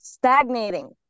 Stagnating